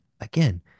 again